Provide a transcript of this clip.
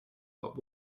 but